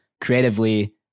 creatively